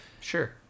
Sure